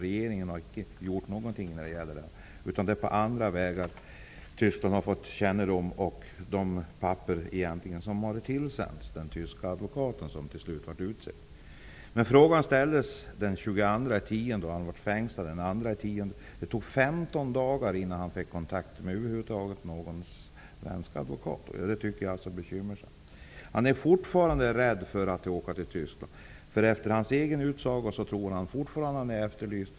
Regeringen har icke gjort någonting. Det är på andra vägar man i Tyskland har fått kännedom om förhållandena. De papper som tillsänts den tyska advokat som till slut utsågs har kommit på andra vägar. Frågan till statsrådet ställdes den 22 oktober och den svenske medborgaren fängslades den 2 oktober. Det tog femton dagar innan han fick kontakt med en svensk advokat. Det tycker jag är bekymmersamt. Mannen i fråga är fortfarande rädd för att åka till Tyskland därför att han tror att han fortfarande är efterlyst.